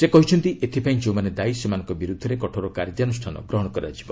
ସେ କହିଛନ୍ତି ଏଥିପାଇଁ ଯେଉଁମାନେ ଦାୟୀ ସେମାନଙ୍କ ବିରୁଦ୍ଧରେ କଠୋର କାର୍ଯ୍ୟାନୁଷ୍ଠାନ ଗ୍ରହଣ କରାଯିବ